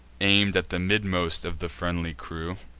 aim'd at the midmost of the friendly crew.